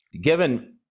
Given